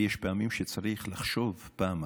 ויש פעמים שצריך לחשוב פעמיים,